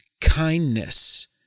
kindness